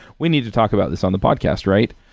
we need to talk about this on the podcast, right?